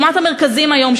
לעומת המרכזים היום,